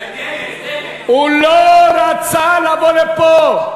הוא לא רצה לבוא לפה,